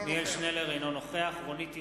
אינו נוכח רונית תירוש,